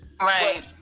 Right